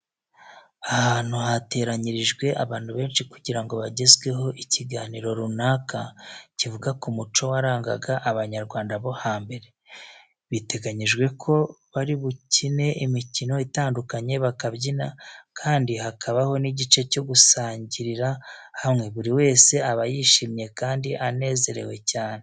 Ahantu hateranyirijwe abantu benshi kugira ngo bagezweho ikiganiro runaka kivuga ku muco warangaga Abanyarwanda bo hambere. Biteganyijwe ko bari bukine imikino itandukanye, bakabyina kandi hakabaho n'igihe cyo gusangirira hamwe. Buri wese aba yishimye kandi anezerewe cyane.